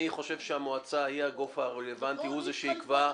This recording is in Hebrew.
אני חושב שהוועדה היא הגוף הרלבנטי, הוא זה שיקבע.